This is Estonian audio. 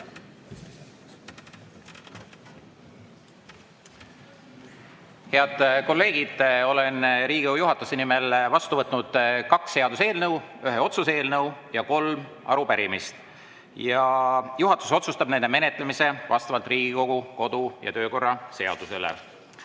Head kolleegid! Olen Riigikogu juhatuse nimel vastu võtnud kaks seaduseelnõu, ühe otsuse eelnõu ja kolm arupärimist. Juhatus otsustab nende menetlemise vastavalt Riigikogu kodu‑ ja töökorra seadusele. Nüüd